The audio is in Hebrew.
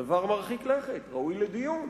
דבר מרחיק לכת, ראוי לדיון.